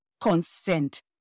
consent